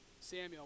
Samuel